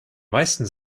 meisten